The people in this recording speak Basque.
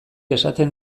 esaten